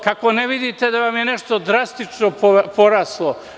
Kako ne vidite da vam je nešto drastično poraslo?